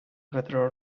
whether